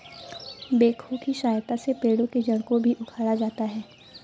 backhoe की सहायता से पेड़ के जड़ को भी उखाड़ा जाता है